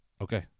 Okay